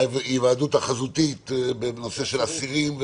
ההיוועדות החזותית בנושא של אסירים,